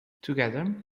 together